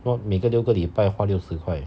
if not 每个丢六个礼拜花六十块